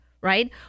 right